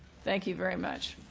thank you very much.